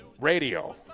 Radio